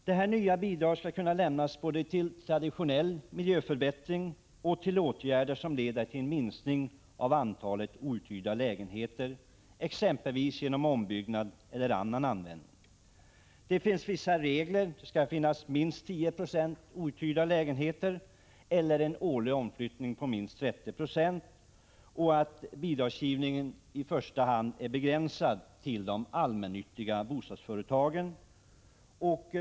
Det nya bidraget skall kunna lämnas både till traditionell miljöförbättring och till åtgärder som leder till en minskning av antalet outhyrda lägenheter, exempelvis genom ombyggnad eller annan användning. Här finns vissa regler. Det skall finnas minst 10 926 outhyrda lägenheter eller en årlig omflyttning på minst 30 20. Bidragsgivningen är i första hand begränsad till de allmännyttiga bostadsföretagen.